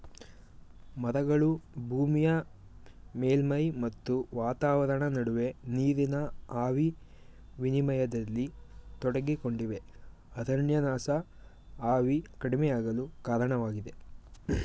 ಮರಗಳು ಭೂಮಿಯ ಮೇಲ್ಮೈ ಮತ್ತು ವಾತಾವರಣ ನಡುವೆ ನೀರಿನ ಆವಿ ವಿನಿಮಯದಲ್ಲಿ ತೊಡಗಿಕೊಂಡಿವೆ ಅರಣ್ಯನಾಶ ಆವಿ ಕಡಿಮೆಯಾಗಲು ಕಾರಣವಾಗಿದೆ